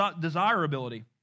desirability